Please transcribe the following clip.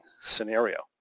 scenario